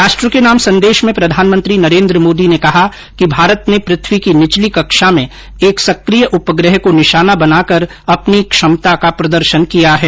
राष्ट्र के नाम संदेश में प्रधानमंत्री नरेंद्र मोदी ने कहा कि भारत ने पृथ्वी की निचली कक्षा में एक सक्रिय उपग्रह को निशाना बनाकर अपनी क्षमता का प्रदर्शन किया है